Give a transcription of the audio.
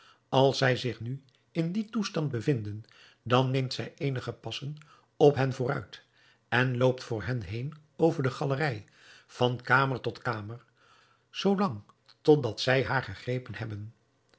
als zij zich nu in dien toestand bevinden dan neemt zij eenige passen op hen vooruit en loopt voor hen heen over de galerij van kamer tot kamer zoolang totdat zij haar gegrepen hebben